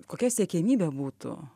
kokia siekiamybė būtų